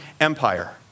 Empire